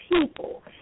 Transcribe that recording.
people